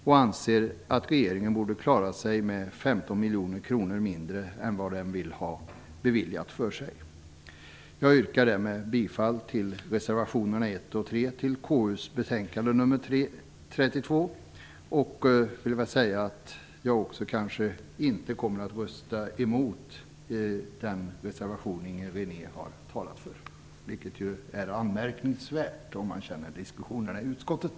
Vi anser att regeringen borde klara sig med 15 miljoner mindre än den vill ha beviljat. Jag yrkar härmed bifall till reservationerna 1 och 3 som fogats till KU:s betänkande 32. Jag vill också säga att jag inte kommer att rösta emot den reservation som Inger René har talat för, vilket är anmärkningsvärt om man känner till diskussionerna i utskottet.